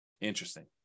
Interesting